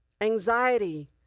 anxiety